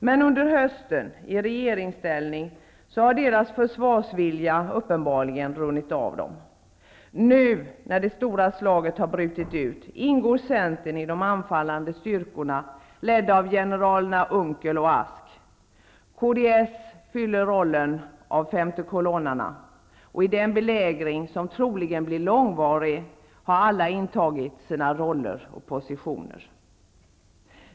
Men under hösten, i regeringsställning, har dess försvarsvilja uppenbarligen runnit av. Nu när det stora slaget har brutit ut ingår Centern i de anfallande styrkorna ledda av generalerna Unckel och Ask. Kds fyller rollen av femtekolonnare. I den belägring som troligen blir långvarig har alla intagit sina roller och positioner.